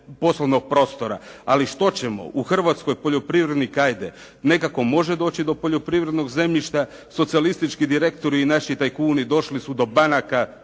poslovnog prostora. Ali što ćemo? U Hrvatskoj poljoprivrednik ajde nekako može doći do poljoprivrednog zemljišta, socijalistički direktori i naši tajkuni došli su do banaka,